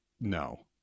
no